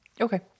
Okay